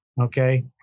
okay